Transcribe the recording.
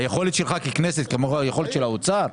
היכולת שלך ככנסת היא כמו היכולת של האוצר?